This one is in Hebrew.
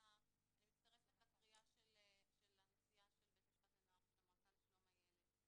אני מצטרפת לקריאה של הנשיאה של בית המשפט לנוער ושל המועצה לשלום הילד,